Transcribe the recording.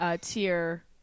tier